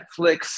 Netflix